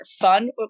fun